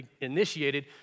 initiated